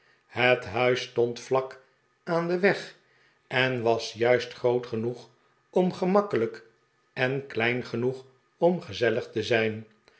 het huis stond vlak aan den weg en was juist groot genoeg om gemakkelijk en klein genoeg om gezellig te zijn